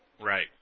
Right